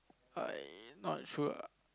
I not sure